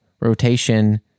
rotation